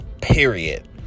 period